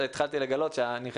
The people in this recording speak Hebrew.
ואז גיליתי שהכי צעירה פה,